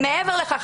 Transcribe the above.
מעבר לכך,